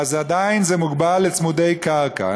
עדיין זה מוגבל לצמודי קרקע.